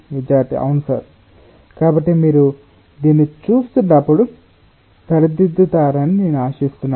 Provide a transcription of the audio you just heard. విద్యార్థి అవును సార్ కాబట్టి మీరు దీన్ని ఎల్లప్పుడూ సరిదిద్దుతారని నేను ఆశిస్తున్నాను